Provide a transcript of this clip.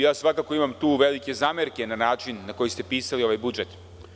Ja, svakako, imam tu velike zamerke na način na koji ste pisali ovaj budžet.